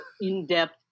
in-depth